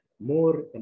more